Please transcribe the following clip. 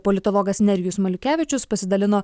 politologas nerijus maliukevičius pasidalino